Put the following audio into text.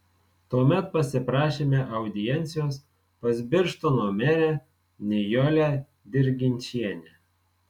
tuomet pasiprašėme audiencijos pas birštono merę nijolę dirginčienę